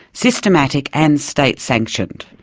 systematic and state-sanctioned.